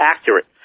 accurate